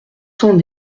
cent